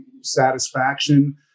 satisfaction